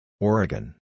Oregon